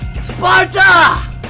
sparta